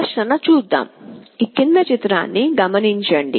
ప్రదర్శన చూద్దాం